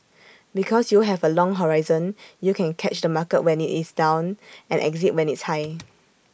because you have A long horizon you can catch the market when IT is down and exit when it's high